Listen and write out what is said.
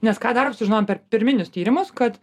nes ką dar sužinojom per pirminius tyrimus kad